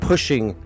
pushing